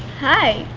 hi.